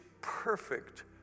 perfect